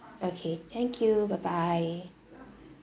okay thank you bye bye